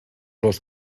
los